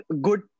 good